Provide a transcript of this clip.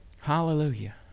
Hallelujah